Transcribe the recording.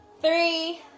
Three